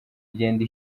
igenda